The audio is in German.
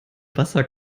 wasser